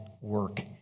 work